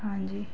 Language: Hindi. हाँ जी